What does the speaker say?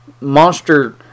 Monster